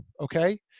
Okay